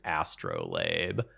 astrolabe